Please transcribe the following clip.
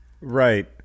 right